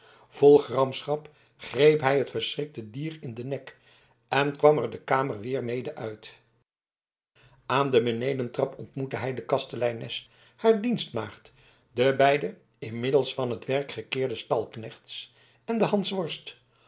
vol gramschap greep hij het verschrikte dier in den nek en kwam er de kamer weer mede uit aan de benedentrap ontmoette hij de kasteleines haar dienstmaagd de beide inmiddels van t werk gekeerde stalknechts en den